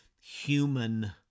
human